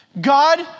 God